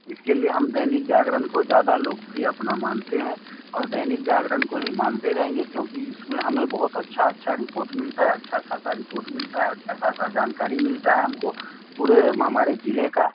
इसके लिए हम दैनिक जागरण को ज़्यादा लोकप्रिय अपना मानते हैं और दैनिक जागरण को ही मानते रहेंगे क्योंकि इसमें हमें बहुत अच्छा अच्छा रिपोर्ट मिलता है अच्छा ख़ासा रिपोर्ट मिलता है अच्छा ख़ासा जानकारी मिलता है हमको पूरे म हमारे ज़िले का